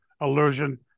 allusion